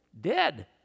Dead